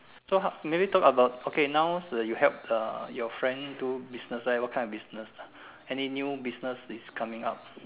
so how maybe talk about okay now you help uh your friend help do business what kind of business any new business is coming up